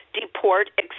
deport